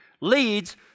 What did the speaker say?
leads